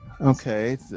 Okay